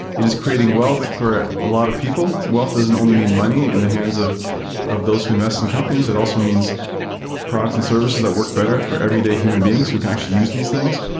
it is creating wealth for a lot of people. wealth doesn't only mean money in the hands of of those who invest in companies. it also means products and services that work better for everyday human beings who can actually use these things.